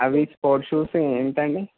అవి sports shoes ఎంతండి